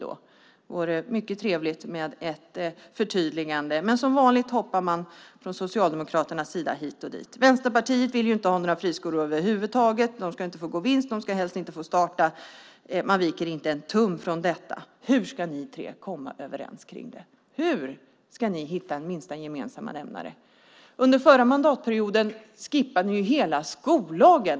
Det vore mycket trevligt med ett förtydligande. Men som vanligt hoppar Socialdemokraterna hit och dit. Vänsterpartiet vill inte ha några friskolor över huvud taget. De ska inte få gå med vinst och de ska helst inte få starta. Vänsterpartiet viker inte en tum från detta. Hur ska ni tre komma överens? Hur ska ni hitta en minsta gemensam nämnare? Under förra mandatperioden skippade ni hela skollagen.